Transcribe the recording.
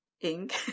ink